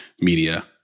media